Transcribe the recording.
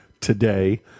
today